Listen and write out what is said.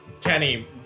Kenny